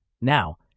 Now